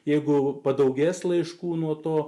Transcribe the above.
jeigu padaugės laiškų nuo to